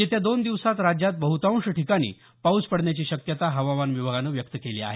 येत्या दोन दिवसांत राज्यात बहुतांश ठिकाणी पाऊस पडण्याची शक्यता हवामान विभागानं व्यक्त केली आहे